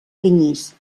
canyís